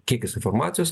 kiekis informacijos